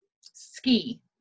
Ski